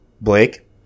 blake